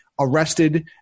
arrested